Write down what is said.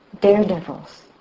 daredevils